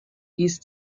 east